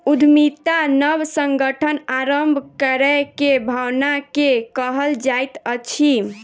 उद्यमिता नब संगठन आरम्भ करै के भावना के कहल जाइत अछि